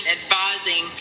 advising